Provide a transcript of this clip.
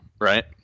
right